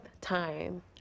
time